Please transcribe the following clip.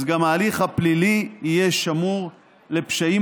אז גם ההליך הפלילי יהיה שמור לפשעים